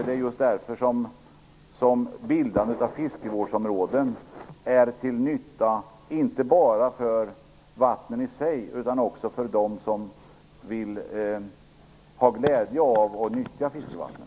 Det är just därför som bildandet av fiskevårdsområden är till nytta inte bara för vattnen i sig utan också för dem som vill ha glädje av och nyttja fiskevattnen.